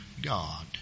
God